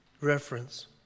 Reference